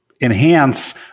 enhance